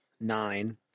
nine